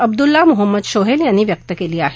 अब्दुल्ला मोहम्मद शोहेल यांनी व्यक्त केली आहे